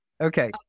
Okay